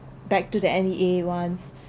back to the N_E _A ones